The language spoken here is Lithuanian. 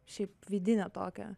šiaip vidinę tokią